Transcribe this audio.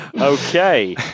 Okay